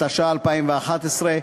התשע"א 2011,